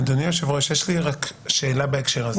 אדוני יושב הראש, יש לי רק שאלה בהקשר הזה.